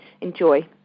enjoy